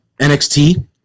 NXT